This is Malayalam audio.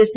എസ്